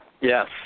Yes